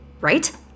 right